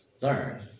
learn